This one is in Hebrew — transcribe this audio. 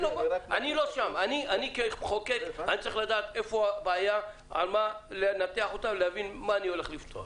אני צריך לדעת איפה הבעיה ולנסות לעזור בפתרון.